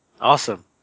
Awesome